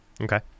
Okay